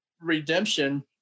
redemption